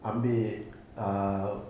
ambil uh